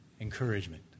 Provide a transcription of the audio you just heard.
encouragement